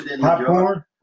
popcorn